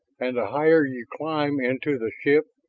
and the higher you climb into the ship,